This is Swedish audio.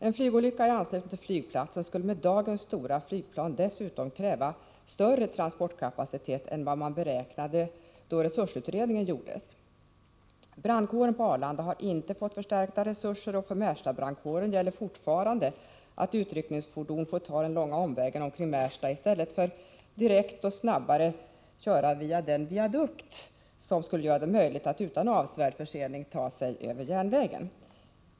En flygolycka i anslutning till flygplatsen skulle med dagens stora flygplan dessutom kräva större transportkapacitet än vad man beräknade då resursutredningen gjordes. Brandkåren på Arlanda har inte fått förstärkta resurser, och för Märstabrandkåren gäller fortfarande att utryckningsfordonen får ta den långa omvägen omkring Märsta i stället för att direkt och snabbare köra via den viadukt som skulle göra det möjligt att utan avsevärd försening ta sig över järnvägen.